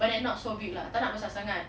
but then not so big lah tak nak besar sangat